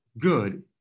good